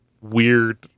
weird